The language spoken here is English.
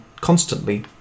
constantly